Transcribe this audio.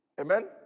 amen